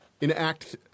enact